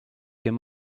him